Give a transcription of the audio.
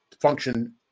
function